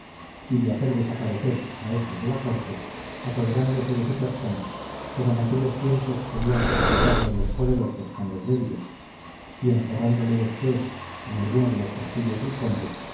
y de hacer desaparecer a éste de la corte apoderándose de su persona como en aquellos tiempos solían practicarlo los poderosos con los débiles y encerrándole después en alguno de los castillos del conde